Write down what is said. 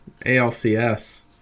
ALCS